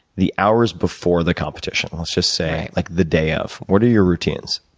the hours before the competition, let's just say like the day of, what are your routines?